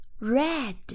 Red